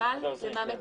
מקולקל למה מתקנים?